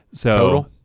Total